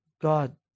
God